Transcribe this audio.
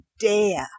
dare